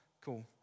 Cool